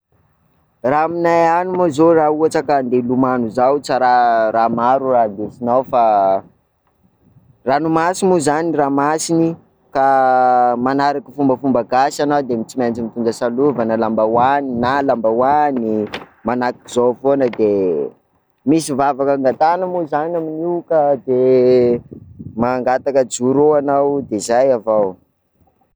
Raha aminay any moa zao, raha ohatra ka ande hilomano zao tsa raha raha maro raha ndesinao, fa ranomasy moa zany raha masiny ka manaraka fombafomba gasy ianao de tsy maintsy mitondra salova na lambahoany, na lambahoany, manahaky zao foana, de misy vavaka angatahana moa zany amin'io, ka de mangataka joro eo anao de zay avao.